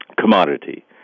commodity